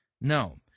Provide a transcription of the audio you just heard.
No